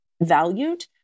valued